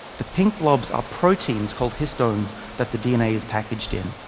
the pink blobs are proteins called histones that the dna is packaged in.